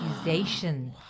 accusation